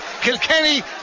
Kilkenny